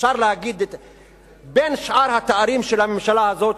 אפשר להגיד בין שאר התארים של הממשלה הזאת,